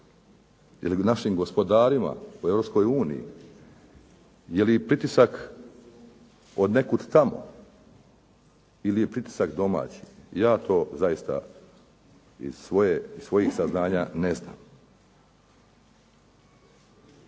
bi našim gospodarima u Europskoj uniji, jeli pritisak od nekud tamo ili je pritisak domaći? Ja to zaista iz svojih saznanja ne znam.